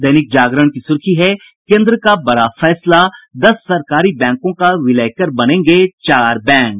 दैनिक जागरण की सुर्खी है केंद्र का बड़ा फैसला दस सरकारी बैंकों का विलय कर बनेंगे चार बैंक